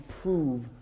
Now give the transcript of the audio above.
prove